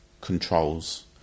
controls